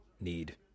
need